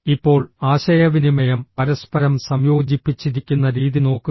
ഇപ്പോൾ ആശയവിനിമയം പരസ്പരം സംയോജിപ്പിച്ചിരിക്കുന്ന രീതി നോക്കുക